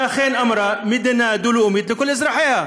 שאכן אמרה: מדינה דו-לאומית לכל אזרחיה.